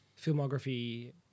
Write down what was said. filmography